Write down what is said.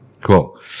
cool